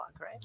right